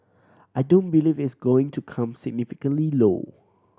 I don't believe it's going to come significantly low